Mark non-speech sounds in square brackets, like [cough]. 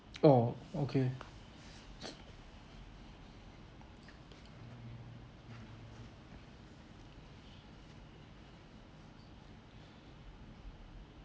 [noise] oh okay [noise]